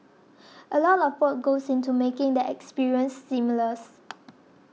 a lot of work goes into making the experience seamless